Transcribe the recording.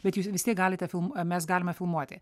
bet jūs vistiek galite filmuoti mes galime filmuoti